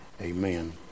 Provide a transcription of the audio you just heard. Amen